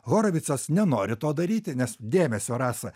horovicas nenori to daryti nes dėmesio rasa